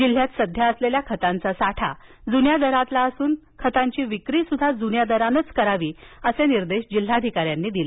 जिल्ह्यात सध्या असलेला खतांचा साठा जुन्या दरातील असून खतांची विक्री सुद्धा जुन्या दरानेच करण्याचे निर्देश जिल्हाधिकाऱ्यांनी यावेळी दिले